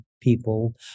people